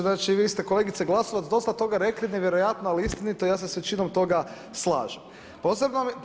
Znači, vi ste kolegice Glasovac dosta toga rekli nevjerojatno ali istinito, ja se s većinom toga slažem.